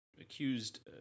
accused